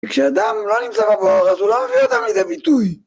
וכשאדם לא נמצא בבור אז הוא לא מביא אותם לידי ביטוי